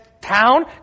town